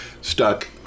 stuck